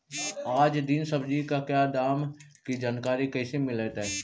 आज दीन सब्जी का क्या दाम की जानकारी कैसे मीलतय?